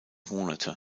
monate